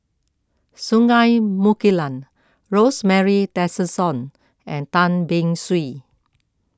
Singai Mukilan Rosemary Tessensohn and Tan Beng Swee